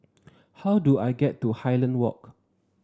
how do I get to Highland Walk